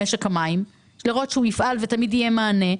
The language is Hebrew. משק המים לראות שהוא יפעל ותמיד יהיה מענה.